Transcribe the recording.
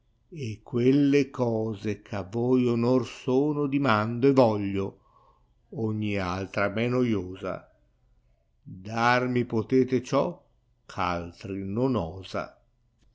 e qnelle cose cb'a voi ònor sono dimando e vogko ogni altra men noiosa dar mi potete ciò eh altri non osa